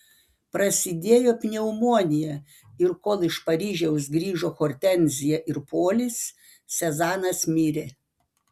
prasidėjo pneumonija ir kol iš paryžiaus grįžo hortenzija ir polis sezanas mirė